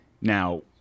Now